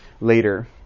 later